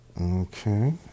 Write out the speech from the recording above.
Okay